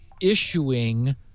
issuing